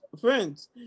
friends